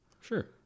Sure